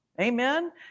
Amen